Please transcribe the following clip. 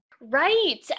Right